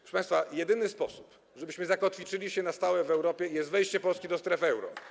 Proszę państwa, jedynym sposobem, żebyśmy zakotwiczyli się na stałe w Europie, jest wejście Polski do strefy euro.